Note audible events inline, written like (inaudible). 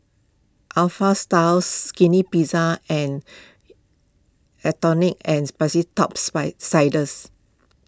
Alpha Style Skinny Pizza and (unintelligible) and Sperry Top (unintelligible) Sider